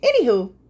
anywho